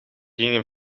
gingen